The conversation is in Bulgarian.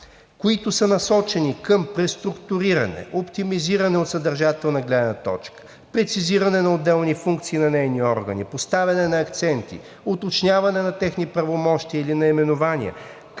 които са насочени към преструктуриране, оптимизиране от съдържателна гледна точка, прецизиране на отделни функции на нейни органи, поставяне на акценти, уточняване на техни правомощия или наименования,